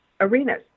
arenas